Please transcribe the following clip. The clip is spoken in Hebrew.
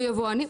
יבואנים.